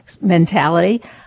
mentality